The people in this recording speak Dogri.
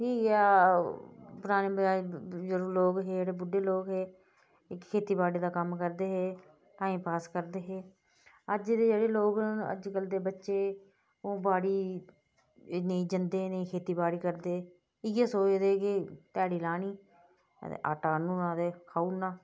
ठीक ए पराने पराने बजुर्ग लोक हे जेह्ड़े बुड्डे लोक हे एह् खेती बाड़ी दा कम्म करदे हे टाइम पास करदे हे अज्ज दे जेह्ड़े लोक न अज्जकल दे बच्चे ओह् बाड़ी नेईं जंदे ना खेती बाड़ी करदे इयै सोचदे की ध्याड़ी लानी ते आटा आनुड़ना ते रक्खुड़ना